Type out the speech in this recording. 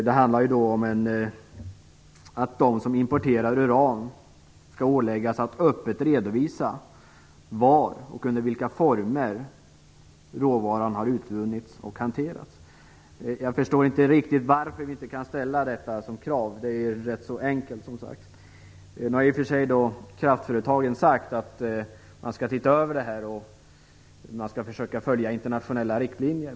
Det handlar om att de som importerar uran skall åläggas att öppet redovisa var och under vilka former råvaran har utvunnits och hanterats. Jag förstår inte riktigt varför man inte kan ställa detta som krav. Det är rätt så enkelt. Nu har i och för sig kraftföretagen sagt att de skall se över det här och försöka följa internationella riktlinjer.